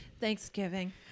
Thanksgiving